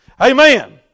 Amen